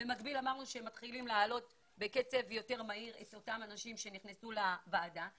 במקביל מעלים את אותם אנשים שנכנסו לוועדה בקצב יותר מהיר.